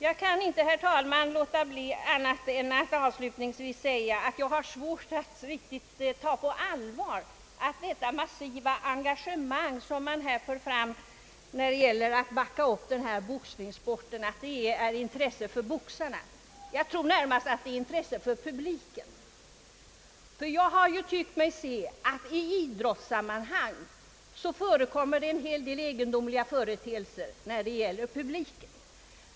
Jag kan inte, herr talman, underlåta att avslutningsvis framhålla att jag har svårt att tro att det massiva engagemang som visats när det gäller att backa upp boxningssporten, grundar sig på ett intresse för boxarna. Jag tror närmast att det är ett intresse för publiken som spelar in. Jag har nämligen i idrottssammanhang tyckt mig finna att det förekommer en hel del egendomliga företeelser när det gäller publiken.